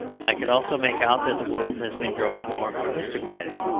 i could also make out that the world has been growing more aristocratic,